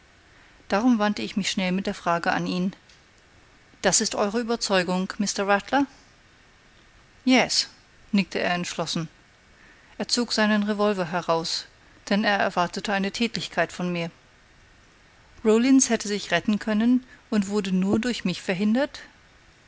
darum wandte ich mich schnell mit der frage an ihn das ist eure ueberzeugung mr rattler yes nickte er entschlossen er zog seinen revolver heraus denn er erwartete eine tätlichkeit von mir rollins hätte sich retten können und wurde nur durch mich verhindert